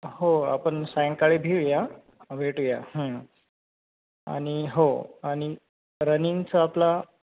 हो आपण सायंकाळी भिऊया भेटूया आणि हो आणि रनिंगचं आपला